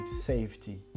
safety